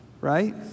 right